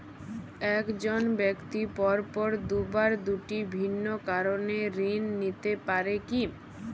এক জন ব্যক্তি পরপর দুবার দুটি ভিন্ন কারণে ঋণ নিতে পারে কী?